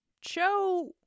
Cho